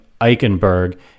Eichenberg